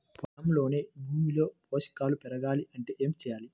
పొలంలోని భూమిలో పోషకాలు పెరగాలి అంటే ఏం చేయాలి?